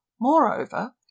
moreover